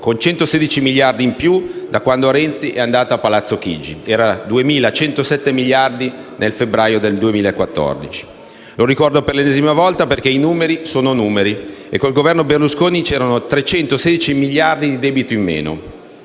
con 116 miliardi in più di quando Renzi è andato a Palazzo Chigi (era 2.107 miliardi nel febbraio 2014). Lo ricordo per l'ennesima volta, perché i numeri sono numeri: con il governo Berlusconi c'erano 316 miliardi di debito in meno,